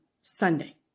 Sunday